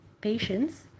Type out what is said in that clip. patients